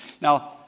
Now